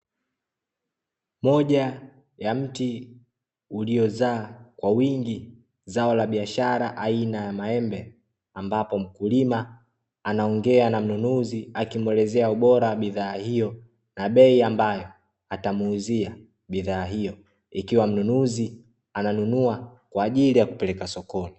Moja ya mti uliozaa kwa wingi zao la biashara aina ya maembe, ambapo mkulima anaongea na mnunuzi akimwelezea ubora wa bidhaa hiyo na bei ambayo atamuuzia bidhaa hiyo, ikiwa mnunuzi ananunua kwa ajili ya kupeleka sokoni.